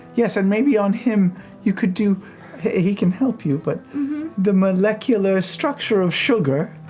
yes, and maybe on him you could do he can help you but the molecular structure of sugar.